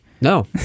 No